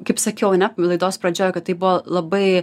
kaip sakiau ane laidos pradžioj kad tai buvo labai